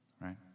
right